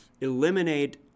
eliminate